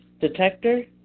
detector